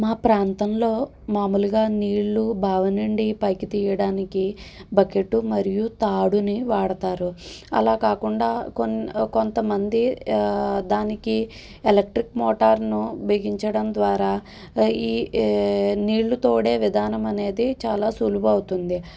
మా ప్రాంతంలో మాములుగా నీళ్ళు బావినుండి పైకి తియ్యడానికి బకెట్టు మరియు తాడుని వాడుతారు అలా కాకుండా కొన్ కొంతమంది దానికి ఎలక్ట్రిక్ మోటారును బిగించడం ద్వారా ఈ నీళ్ళుతోడే విధానం అనేది చాలా సులువు అవుతుంది